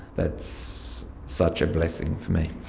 that's such a blessing for me.